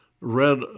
read